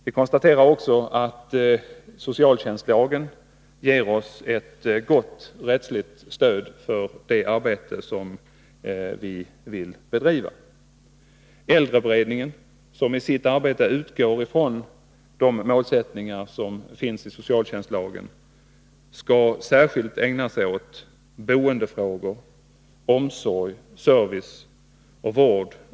Vi konstaterar också att socialtjänstlagen ger ett gott rättsligt stöd i det arbete som vi vill bedriva. Äldreberedningen, som i sitt arbete utgår från de målsättningar som finns i socialtjänstlagen, skall särskilt ägna sig åt äldres boendefrågor, omsorg, service och vård.